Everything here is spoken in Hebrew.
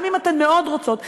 גם אם אתן מאוד רוצות,